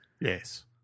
Yes